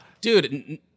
Dude